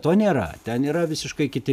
to nėra ten yra visiškai kiti